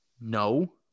No